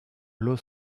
los